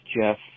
Jeff